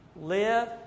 Live